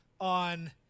on